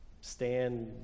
stand